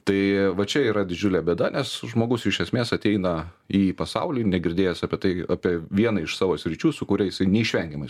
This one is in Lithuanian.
tai va čia yra didžiulė bėda nes žmogus iš esmės ateina į pasaulį negirdėjęs apie tai apie vieną iš savo sričių su kuria jisai neišvengiamai